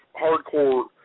hardcore